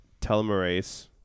telomerase